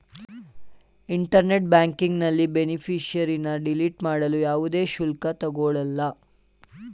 internet ಬ್ಯಾಂಕಿಂಗ್ನಲ್ಲಿ ಬೇನಿಫಿಷರಿನ್ನ delete ಮಾಡಲು ಯಾವುದೇ ಶುಲ್ಕ ತಗೊಳಲ್ಲ